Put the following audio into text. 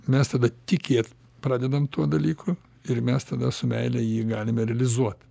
mes tada tikėt pradedam tuo dalyku ir mes tada su meile jį galime realizuot